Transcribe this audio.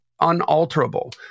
unalterable